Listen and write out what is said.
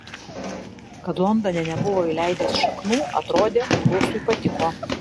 kad londone nebuvo įleidęs šaknų atrodė prūsui patiko